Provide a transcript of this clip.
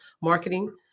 marketing